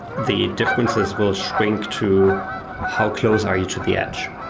the differences will shrink to how close are each of the edge.